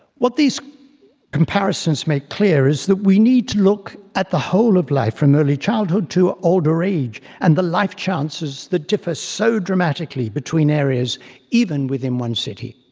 what these comparisons make clear is that we need to look at the whole of life from early childhood to older age and the life chances that differ so dramatically between areas even within one city.